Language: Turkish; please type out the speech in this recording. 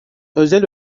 özel